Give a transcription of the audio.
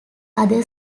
other